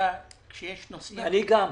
אני גם.